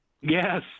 Yes